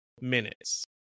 minutes